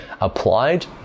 applied